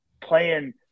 playing